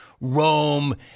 Rome